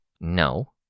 No